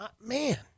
Man